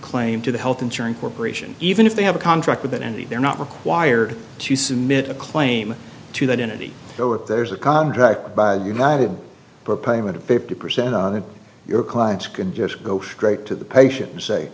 claim to the health insurance corporation even if they have a contract with it and they're not required to submit a claim to that in any their work there's a contract by united for payment of fifty percent of your clients can just go straight to the patient